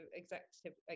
executive